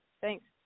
Thanks